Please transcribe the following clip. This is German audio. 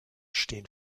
stehen